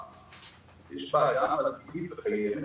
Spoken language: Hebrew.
יש בעיה אמיתית וקיימת